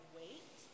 wait